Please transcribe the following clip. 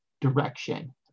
direction